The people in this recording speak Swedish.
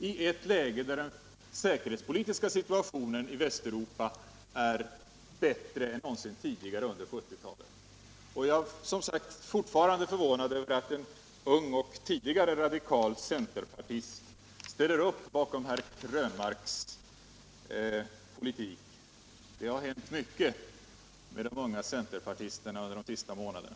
I ett läge där den säkerhetspolitiska situationen i Västeuropa är bättre än någonsin tidigare under 1970-talet! Jag är fortfarande förvånad över att en ung och tidigare radikal centerpartist sluter upp bakom herr Krönmarks politik. Det har hänt mycket med de unga centerpartisterna under de senaste månaderna.